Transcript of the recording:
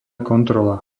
kontrola